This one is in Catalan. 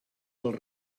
dels